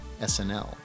SNL